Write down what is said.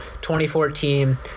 2014